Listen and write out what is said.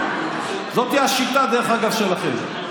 זאת השיטה שלכם,